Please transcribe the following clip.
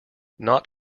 not